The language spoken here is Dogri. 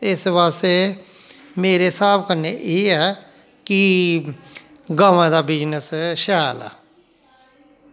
इस बास्तै मेरे स्हाब कन्नै एह् ऐ कि गवां दा बिजनस शैल ऐ